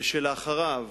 ולאחריו